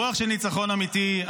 רוח של ניצחון אמיתי.